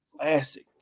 classic